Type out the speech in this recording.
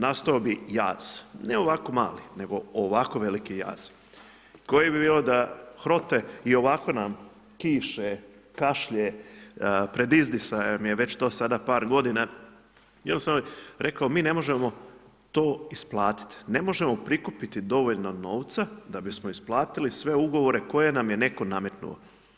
Nastao bi jaz, ne ovako mali, nego ovako veliki jaz koji bi bilo da HROTE, i ovako nam kiše, kašlje, pred izdisajem je to već sada par godina, jednostavno rekao mi ne možemo to isplatiti, ne možemo prikupiti dovoljno novca da bi smo isplatili sve ugovore koje nam je netko nametnuo.